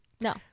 No